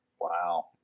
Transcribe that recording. Wow